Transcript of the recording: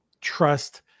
trust